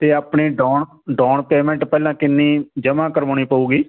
ਤੇ ਆਪਣੇ down down payment ਪਹਿਲਾਂ ਕਿੰਨੀ ਜਮਾਂ ਕਰਵਾਉਣੀ ਪਊਗੀ